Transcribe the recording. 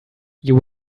you